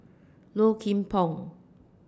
Low Kim Pong